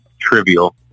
trivial